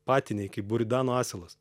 patinėj kaip buridano asilas